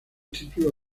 título